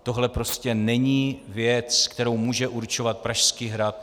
Tohle prostě není věc, kterou může určovat Pražský hrad.